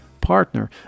partner